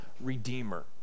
redeemer